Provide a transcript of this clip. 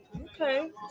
Okay